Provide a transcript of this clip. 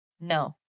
No